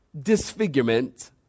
disfigurement